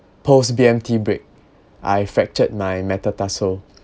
post B_M_T break I fractured my metatarsal